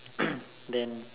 then